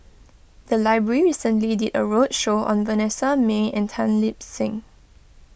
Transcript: the library recently did a roadshow on Vanessa Mae and Tan Lip Seng